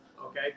Okay